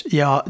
ja